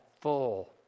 full